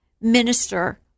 minister